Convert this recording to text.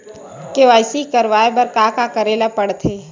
KYC करवाय बर का का करे ल पड़थे?